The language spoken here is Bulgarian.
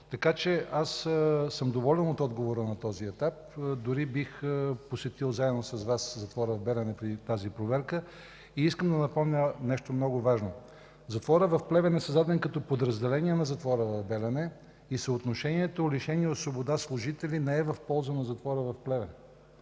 затвора. Аз съм доволен от отговора на този етап, дори бих посетил заедно с Вас затвора в Белене при тази проверка. Искам да напомня нещо много важно: затворът в Плевен е създаден като подразделение на затвора в Белене и съотношението: лишени от свобода – служители, не е в полза на затвора в Плевен.